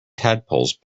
tadpoles